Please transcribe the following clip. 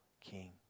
king